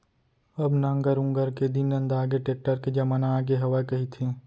अब नांगर ऊंगर के दिन नंदागे, टेक्टर के जमाना आगे हवय कहिथें